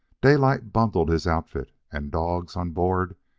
daylight bundled his outfit and dogs on board,